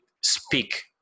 speak